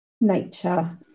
nature